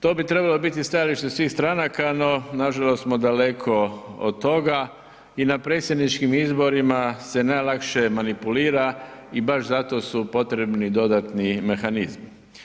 To bi trebalo biti stajalište svih stranaka no nažalost smo daleko od toga i na predsjedničkim izborima se najlakše manipulira i baš zato su potrebni dodatni mehanizmi.